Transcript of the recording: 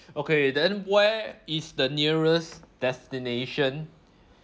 okay then where is the nearest destination